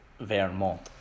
vermont